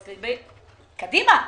אז קדימה,